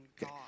God